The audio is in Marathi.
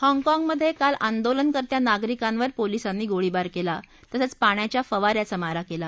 हाँगकाँगमध्काल आंदोलनकर्त्या नागरिकांवर पोलिसांनी गोळीबार कला तसंच पाण्याच्या फवा याचा मारा कला